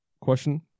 question